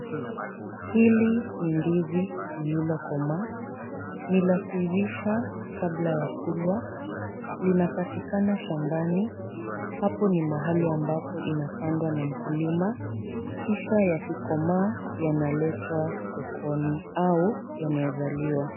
Hili ni ndizi lililokomaa. Ni la kuivisha kabla ya kulwa. Linapatikana shambani, hapo ni mahali ambapo inapandwa na mkulima, kisha yakikomaa yanaletwa sokoni au yanaweza liwa.